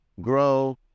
grow